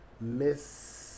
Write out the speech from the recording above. Miss